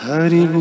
Hari